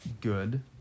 good